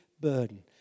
burden